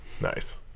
Nice